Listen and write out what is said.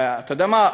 אתה יודע מה?